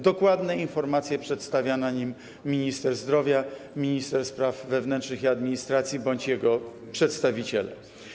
Dokładne informacje przedstawiają na nim minister zdrowia, minister spraw wewnętrznych i administracji bądź jego przedstawiciele.